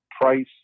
price